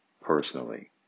personally